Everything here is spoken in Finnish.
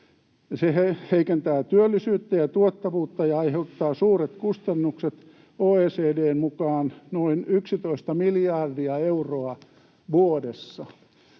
Se heikentää työllisyyttä ja tuottavuutta ja aiheuttaa suuret kustannukset, OECD:n mukaan noin 11 miljardia euroa vuodessa.